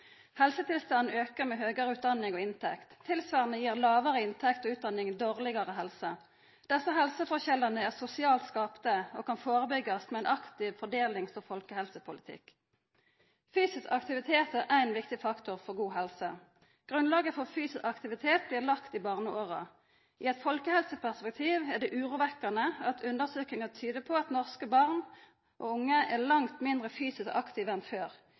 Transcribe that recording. Helsetilstanden aukar med høgare utdanning og inntekt. Tilsvarande gir lågare inntekt og utdanning dårlegare helse. Desse helseforskjellane er sosialt skapte, og kan førebyggjast med ein aktiv fordelings- og folkehelsepolitikk. Fysisk aktivitet er ein viktig faktor for god helse. Grunnlaget for fysisk aktivitet blir lagt i barneåra. I eit folkehelseperspektiv er det urovekkande at undersøkingar tyder på at norske barn og unge er langt mindre fysisk aktive enn før.